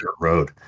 road